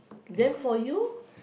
then for you